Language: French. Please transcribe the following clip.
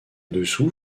dessous